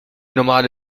normale